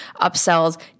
upsells